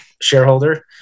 shareholder